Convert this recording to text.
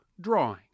drawing